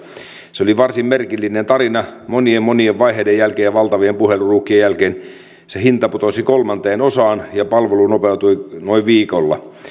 se oli varsin merkillinen tarina monien monien vaiheiden jälkeen ja valtavien puheluruuhkien jälkeen se hinta putosi kolmasosaan ja palvelu nopeutui noin viikolla